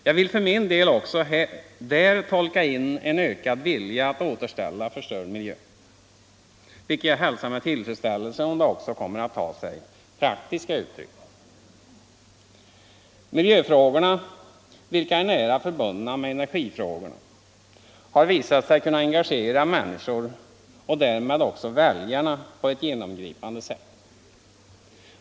Jag vill för min del också där tolka in en ökad vilja att återställa förstörd miljö, vilket jag hälsar med tillfredsställelse, om det också kommer att ta sig praktiska uttryck. Miljöfrågorna, vilka är nära förbundna med energifrågorna, har visat sig kunna engagera människor - och därmed också väljarna — på ett genomgripande sätt.